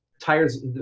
Tires